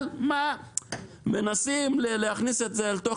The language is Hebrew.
אבל מנסים להכניס את זה לתוך